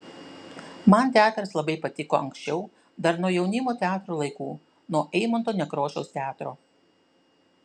man teatras labai patiko anksčiau dar nuo jaunimo teatro laikų nuo eimunto nekrošiaus teatro